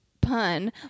pun